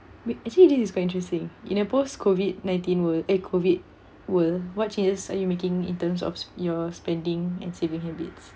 we actually this is quite interesting in a post COVID nineteen world eh COVID world what changes are you making in terms of your spending and saving habits